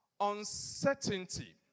uncertainty